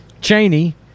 Cheney